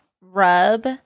rub